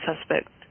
suspect